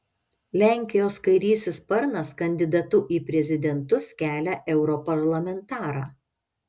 lenkijos kairysis sparnas kandidatu į prezidentus kelia europarlamentarą